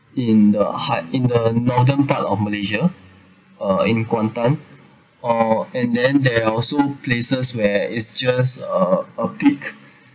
in uh in the heart in the northern part of malaysia uh in kuantan or and then there are also places where it's just a peak